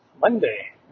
Monday